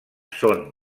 són